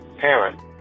parent